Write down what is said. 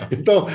Então